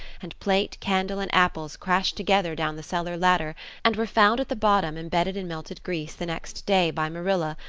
and plate, candle, and apples crashed together down the cellar ladder and were found at the bottom embedded in melted grease, the next day, by marilla,